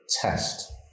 test